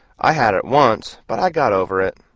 i had it once, but i got over it.